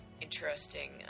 interesting